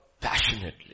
passionately